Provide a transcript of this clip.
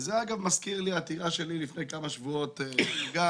זה אגב מזכיר לי עתירה שלי לפני כמה שבועות לבג"ץ,